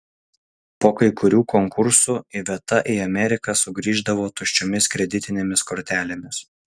po kai kurių konkursų iveta į ameriką sugrįždavo tuščiomis kreditinėmis kortelėmis